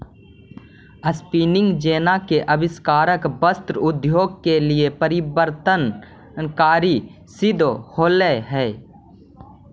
spinning jenny के आविष्कार वस्त्र उद्योग के लिए परिवर्तनकारी सिद्ध होले हई